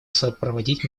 сопроводить